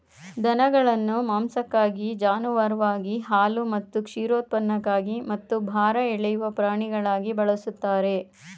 ದನಗಳನ್ನು ಮಾಂಸಕ್ಕಾಗಿ ಜಾನುವಾರುವಾಗಿ ಹಾಲು ಮತ್ತು ಕ್ಷೀರೋತ್ಪನ್ನಕ್ಕಾಗಿ ಮತ್ತು ಭಾರ ಎಳೆಯುವ ಪ್ರಾಣಿಗಳಾಗಿ ಬಳಸ್ತಾರೆ